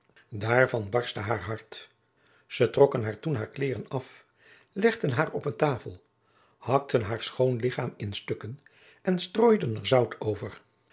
daarvan barstte haar hart zij trokken haar toen haar kleeren af legden haar op een tafel hakten haar schoon lichaam in stukken en strooiden er zout over